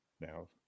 now